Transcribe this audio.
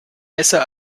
besser